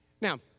Now